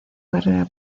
carrera